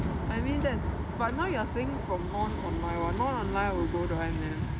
I mean that's but now you are saying from non online non online I will go to I_M_M